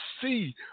see